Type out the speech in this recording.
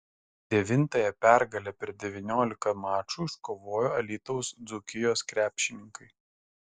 devintąją pergalę per devyniolika mačų iškovojo alytaus dzūkijos krepšininkai